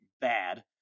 bad